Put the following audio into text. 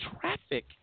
traffic